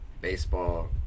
baseball